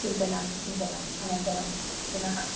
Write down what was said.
चिन्तनं चिन्तनम् अनन्तरं पुनः